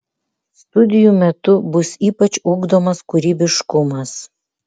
studijų metu bus ypač ugdomas kūrybiškumas